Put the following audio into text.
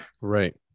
right